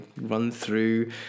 run-through